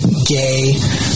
gay